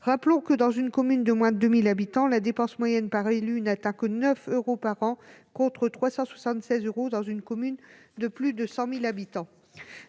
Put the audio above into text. Rappelons que, dans une commune de moins de 2 000 habitants, la dépense moyenne par élu n'atteint que 9 euros par an, contre 376 euros dans une commune de plus de 100 000 habitants.